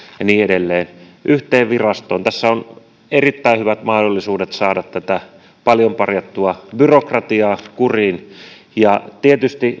ja niin edelleen yhteen virastoon tässä on erittäin hyvät mahdollisuudet saada tätä paljon parjattua byrokratiaa kuriin tietysti